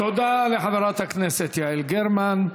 תודה לחברת הכנסת יעל גרמן.